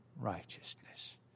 righteousness